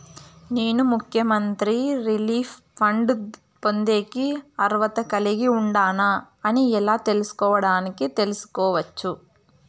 నేను ముఖ్యమంత్రి relief fund పొందేకి అర్హత కలిగి ఉండానా అని ఎలా తెలుసుకోవడానికి తెలుసుకోవచ్చు